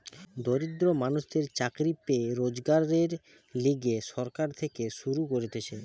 দরিদ্র মানুষদের চাকরি পেয়ে রোজগারের লিগে সরকার থেকে শুরু করতিছে